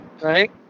right